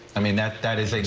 i mean that that is